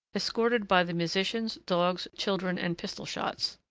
escorted by the musicians, dogs, children, and pistol-shots.